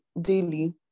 daily